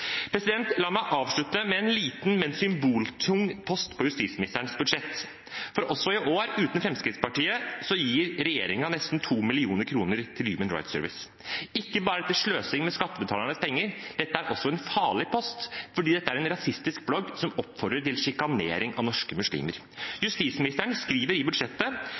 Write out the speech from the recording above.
La meg avslutte med en liten, men symboltung post på justisministerens budsjett, for også i år, uten Fremskrittspartiet, gir regjeringen nesten 2 mill. kr til Human Rights Service. Ikke bare er det sløsing med skattebetalernes penger, det er også en farlig post fordi dette er en rasistisk blogg som oppfordrer til sjikanering av norske muslimer. Justisministeren skriver i budsjettet